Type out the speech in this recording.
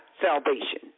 salvation